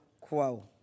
quo